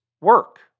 work